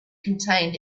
contained